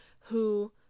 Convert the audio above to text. who-